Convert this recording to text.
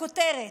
הכותרת: